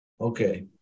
Okay